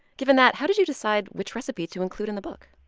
given that, how did you decide which recipe to include in the book?